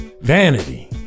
Vanity